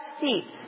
seats